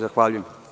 Zahvaljujem.